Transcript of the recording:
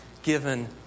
Given